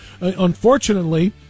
Unfortunately